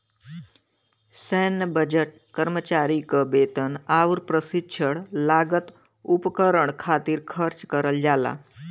सैन्य बजट कर्मचारी क वेतन आउर प्रशिक्षण लागत उपकरण खातिर खर्च करल जाला